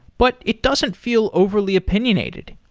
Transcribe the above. but it doesn't feel overly opinionated.